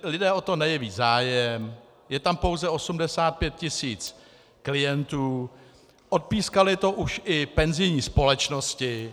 Lidé o to nejeví zájem, je tam pouze 85 tisíc klientů, odpískaly to už i penzijní společnosti.